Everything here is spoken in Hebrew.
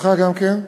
ברשותך גם כן.